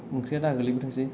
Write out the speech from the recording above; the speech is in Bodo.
ओंख्रिया दा गोलैबोथोंसै